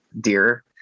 dear